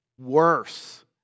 worse